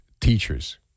teachers